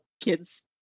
kids